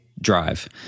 drive